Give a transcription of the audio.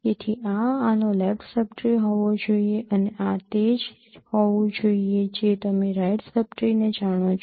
તેથી આ આનો લેફ્ટ સબ ટ્રી હોવો જોઈએ અને આ તે જ હોવું જોઈએ જે તમે રાઇટ સબ ટ્રી ને જાણો છો